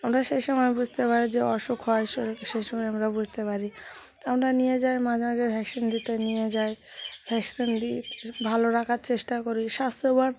আমরা সেই সময় বুঝতে পারি যে অসুখ হয় শরীরে সেই সময় আমরা বুঝতে পারি আমরা নিয়ে যাই মাঝেমাঝে ভ্যাকসিন দিতে নিয়ে যাই ভ্যাকসিন দিই ভালো রাখার চেষ্টা করি স্বাস্থ্যবান